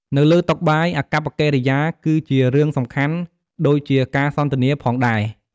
នៅលើតុបាយ អាកប្បកិរិយាគឺជារឿងសំខាន់ដូចជាការសន្ទនាផងដែរ។